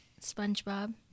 Spongebob